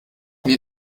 mir